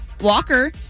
Walker